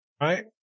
right